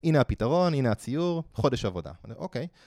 הנה הפתרון, הנה הציור, חודש עבודה, אוקיי.